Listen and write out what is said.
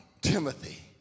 Timothy